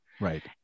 Right